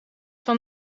van